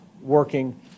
working